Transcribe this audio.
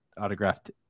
autographed